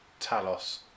Talos